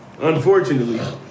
Unfortunately